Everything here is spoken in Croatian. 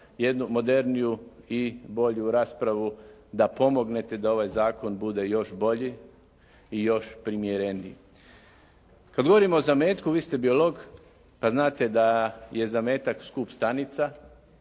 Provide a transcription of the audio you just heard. moderniju i bolju raspravu da pomognete da ovaj zakon bude još bolji i još primjereniji. Kad govorimo o zametku, vi ste biolog, pa znate da je zametak skup stanica.